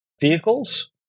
vehicles